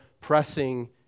pressing